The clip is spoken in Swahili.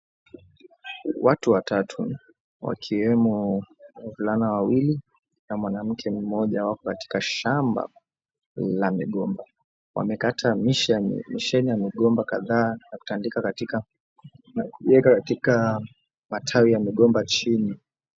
Watu watatu, wakiwemo wavulana wawili na mwanamke mmoja, wapo katika shamba la migomba. Wamekata mishina ya migomba kadhaa na kutandika katika matawi ya migomba chini.